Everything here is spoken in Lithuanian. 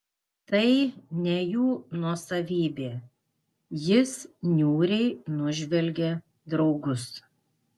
tai ne jų nuosavybė jis niūriai nužvelgė draugus